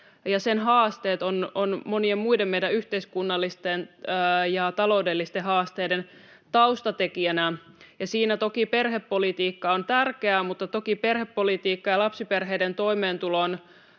sen haasteet ovat meidän monien muiden yhteiskunnallisten ja taloudellisten haasteiden taustatekijänä, ja siinä toki perhepolitiikka on tärkeää, mutta toki perhepolitiikka ja lapsiperheiden toimeentulon